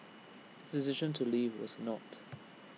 its decision to leave was not